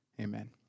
Amen